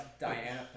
Diana